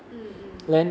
mm